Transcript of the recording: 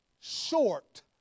short